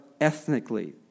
ethnically